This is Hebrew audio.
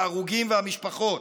ההרוגים והמשפחות.